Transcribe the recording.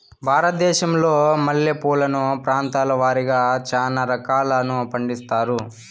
భారతదేశంలో మల్లె పూలను ప్రాంతాల వారిగా చానా రకాలను పండిస్తారు